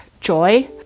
joy